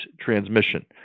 transmission